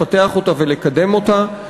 לפתח אותה ולקדם אותה.